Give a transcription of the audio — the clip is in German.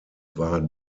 war